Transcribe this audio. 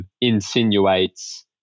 insinuates